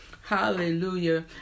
Hallelujah